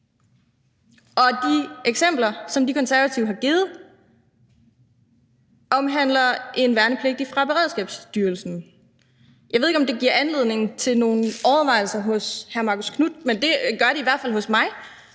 og de eksempler, som De Konservative har givet, omhandler en værnepligtig fra Beredskabsstyrelsen. Jeg ved ikke, om det giver anledning til nogle overvejelser hos hr. Marcus Knuth, men det gør det i hvert fald hos mig,